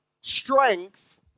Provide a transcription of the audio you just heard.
strength